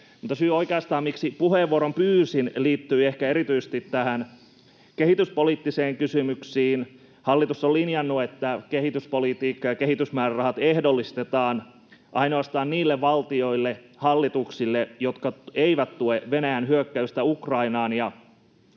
mukainen. Oikeastaan syy, miksi puheenvuoron pyysin, liittyy ehkä erityisesti näihin kehityspoliittisiin kysymyksiin. Hallitus on linjannut, että kehityspolitiikka ja kehitysmäärärahat ehdollistetaan ainoastaan niille valtioille, hallituksille, jotka eivät tue Venäjän hyökkäystä Ukrainaan.